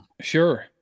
Sure